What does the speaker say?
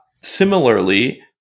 similarly